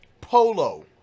Polo